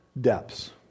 depths